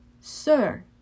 sir